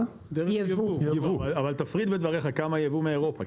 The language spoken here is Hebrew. אבל תפריד בדבריך כמה יבוא מאירופה,